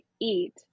eat